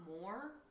more